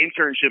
internships